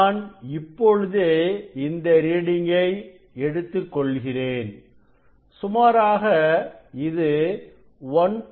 நான் இப்பொழுதே இந்த ரீடிங்கை எடுத்துக்கொள்கிறேன் சுமாராக இது 1